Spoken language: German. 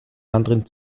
anderen